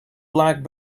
black